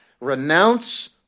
renounce